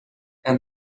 and